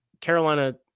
Carolina